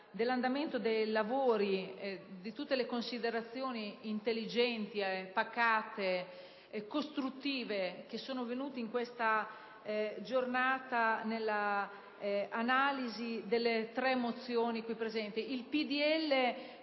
dell'andamento dei lavori, di tutte le considerazioni intelligenti, pacate e costruttive che sono state fatte in questa discussione nell'analisi delle tre mozioni. Il